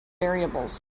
variables